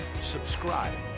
subscribe